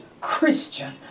Christian